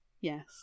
yes